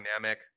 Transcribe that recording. dynamic